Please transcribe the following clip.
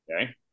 Okay